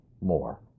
more